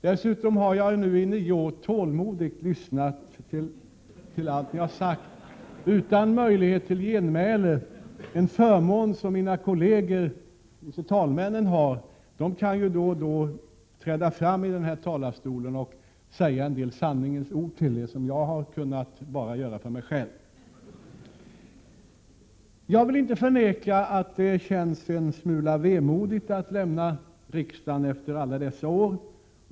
Dessutom har jag nu i nio år tålmodigt lyssnat till allt ni har sagt utan möjlighet till genmäle. Mina kolleger vice talmännen har ju förmånen att då och då kunna träda fram i talarstolen och säga en del sanningens ord till er — vilket jag bara har kunnat göra för mig själv. Jag vill inte förneka att det känns en smula vemodigt att lämna riksdagen efter alla dessa år.